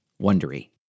wondery